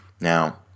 Now